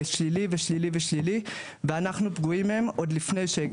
ושלילי ושלילי ואנחנו פגועים מהם עוד לפני שהגיע